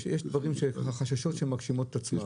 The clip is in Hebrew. יש חששות שמגשימים את עצמם,